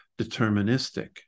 deterministic